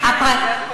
זה הכול.